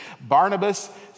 Barnabas